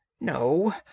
No